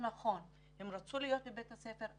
הם רצו להיות בבית ספר,